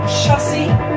chassis